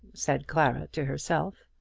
said clara to herself.